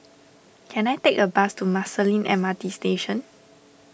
can I take a bus to Marsiling M R T Station